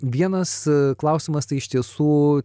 vienas klausimas tai iš tiesų